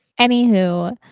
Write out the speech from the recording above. anywho